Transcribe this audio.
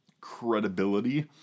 credibility